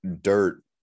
dirt